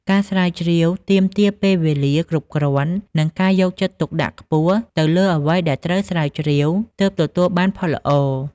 ការស្រាវជ្រាវទាមទារពេលវេលាគ្រប់គ្រាន់ និងការយកចិត្តទុកដាក់ខ្ពស់ទៅលើអ្វីដែលត្រូវស្រាវជ្រាវទើបទទួលបានផលល្អ។